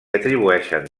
atribueixen